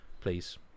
please